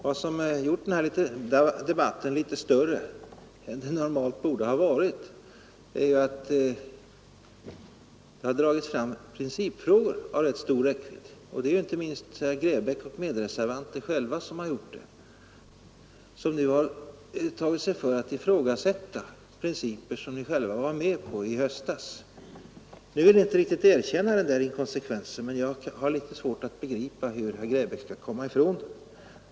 Vad som har gjort den här debatten större än den normalt borde ha varit är att det har tagits upp principfrågor av stor räckvidd, och det är inte minst herr Grebäck och hans medreservanter som själva har gjort det. De har tagit sig för med att ifrågasätta principer som de själva varit med på i höstas. Herr Grebäck vill inte riktigt erkänna inkonsekvensen i detta, men jag har litet svårt att begripa hur herr Grebäck skall komma ifrån det.